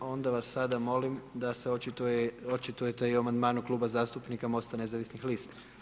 Onda vas sada molim da se očitujete i o amandmanu Kluba zastupnika MOST-a nezavisnih lista.